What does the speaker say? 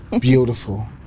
beautiful